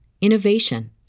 innovation